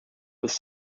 was